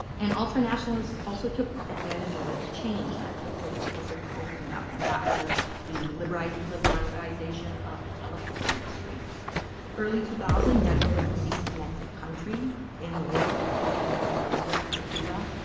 and ultranationalists also took advantage of a change that took place because of the opening up. and that was the liberalization liberalization of the telecom industry. in early two thousand, myanmar was the least connected country in the world behind north korea, cuba.